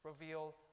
reveal